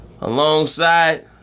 Alongside